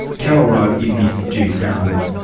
carol roe is ms dhu's grandmother.